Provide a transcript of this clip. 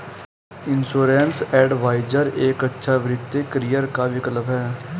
insurance advisor एक अच्छा वित्तीय करियर का विकल्प है